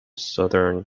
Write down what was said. southern